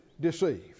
deceived